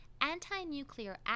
anti-nuclear